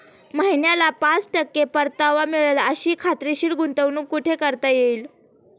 महिन्याला पाच टक्के परतावा मिळेल अशी खात्रीशीर गुंतवणूक कुठे करता येईल?